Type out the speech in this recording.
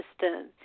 system